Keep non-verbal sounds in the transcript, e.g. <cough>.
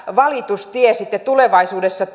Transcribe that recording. valitustie sitten tulevaisuudessa <unintelligible>